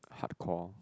hard core